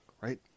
right